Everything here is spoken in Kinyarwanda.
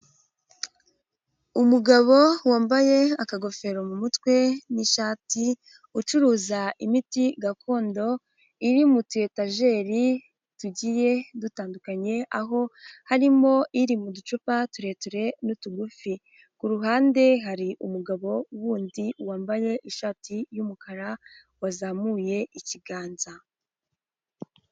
Umugabo wambaye akagofero mu mutwe n'ishati, ucuruza imiti gakondo iri mutuyetajeri tugiye dutandukanye aho harimo iri mu ducupa tureture n'utugufi, ku ruhande hari umugabo wundi wambaye ishati y'umukara wazamuye ikiganza.